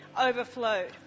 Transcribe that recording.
Overflowed